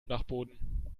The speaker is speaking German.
dachboden